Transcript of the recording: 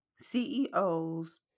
CEOs